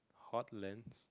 Hotlink